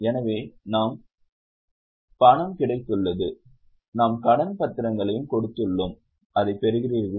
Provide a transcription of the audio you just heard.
எனவே நமக்கு பணம் கிடைத்துள்ளது நாம் கடன் பத்திரங்களையும் கொடுத்துள்ளோம் அதைப் பெறுகிறீர்களா